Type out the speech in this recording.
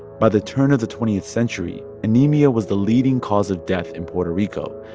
by the turn of the twentieth century, anemia was the leading cause of death in puerto rico,